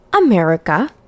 America